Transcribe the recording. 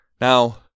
Now